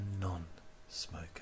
non-smoker